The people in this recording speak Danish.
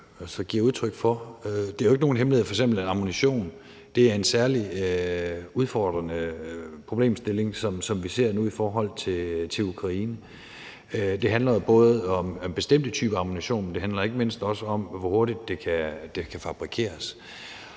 Det er jo ikke nogen hemmelighed, at f.eks. ammunition er en særlig udfordrende problemstilling, som vi ser det nu i forhold til Ukraine. Det handler jo både om bestemte typer ammunition, men det handler ikke mindst om, hvor hurtigt det kan fabrikeres.